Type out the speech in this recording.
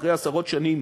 אחרי עשרות שנים